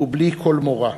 ובלי כל מורא.